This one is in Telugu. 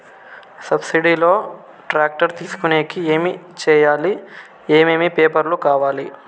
సబ్సిడి లో టాక్టర్ తీసుకొనేకి ఏమి చేయాలి? ఏమేమి పేపర్లు కావాలి?